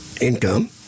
income